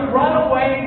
runaway